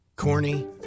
Corny